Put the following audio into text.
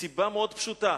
מסיבה מאוד פשוטה,